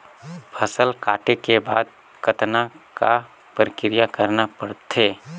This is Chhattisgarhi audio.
फसल काटे के बाद कतना क प्रक्रिया करना पड़थे?